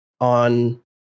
on